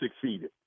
succeeded